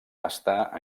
està